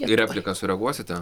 į repliką sureaguosite